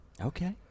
Okay